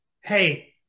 hey